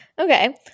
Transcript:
Okay